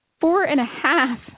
four-and-a-half